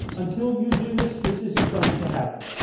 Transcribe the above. until you do this, this isn't going to happen.